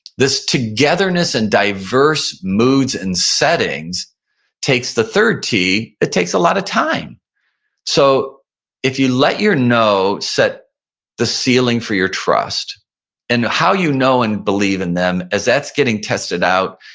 this togetherness and diverse moods and settings takes the third t, it takes a lot of time so if you let your know set the ceiling for your trust and how you know and believe in them as that's getting tested out,